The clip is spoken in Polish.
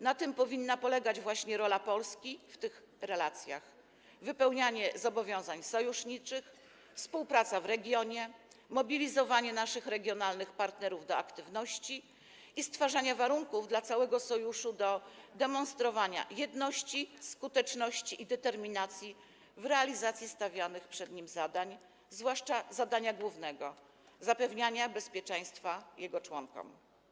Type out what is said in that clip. Na tym powinna polegać właśnie rola Polski w tych relacjach: wypełnianie zobowiązań sojuszniczych, współpraca w regionie, mobilizowanie naszych regionalnych partnerów do aktywności i stwarzania warunków dla całego Sojuszu do demonstrowania jedności, skuteczności i determinacji w realizacji stawianych przed nim zadań, zwłaszcza zadania głównego - zapewniania bezpieczeństwa jego członkom.